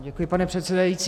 Děkuji, pane předsedající.